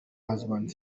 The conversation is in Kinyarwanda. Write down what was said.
husband